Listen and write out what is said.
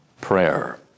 prayer